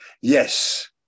Yes